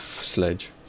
sledge